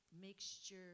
mixture